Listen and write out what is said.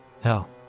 hell